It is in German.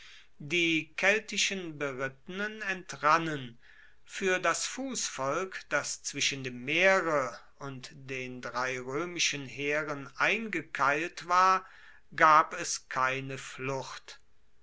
die keltischen berittenen entrannen fuer das fussvolk das zwischen dem meere und den drei roemischen heeren eingekeilt war gab es keine flucht